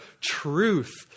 truth